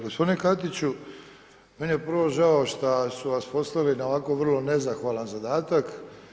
Gospodine Katiću meni je upravo žao što su vas poslali na ovako vrlo nezahvalan zadatak.